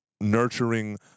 nurturing